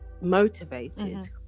motivated